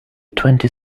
twenty